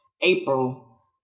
April